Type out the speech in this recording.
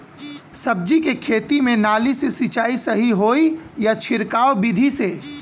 सब्जी के खेती में नाली से सिचाई सही होई या छिड़काव बिधि से?